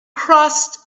crossed